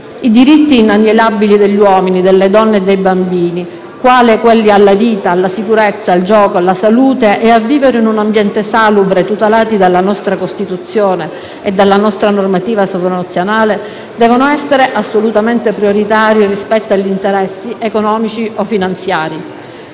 I diritti inalienabili degli uomini, delle donne e dei bambini, quale quelli alla vita, alla sicurezza, al gioco, alla salute e a vivere in un ambiente salubre, tutelati dalla nostra Costituzione e dalla normativa sovranazionale, devono essere assolutamente prioritari rispetto agli interessi economici o finanziari.